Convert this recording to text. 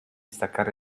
staccare